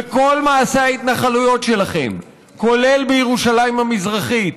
וכל מעשי ההתנחלויות שלכם, כולל בירושלים המזרחית,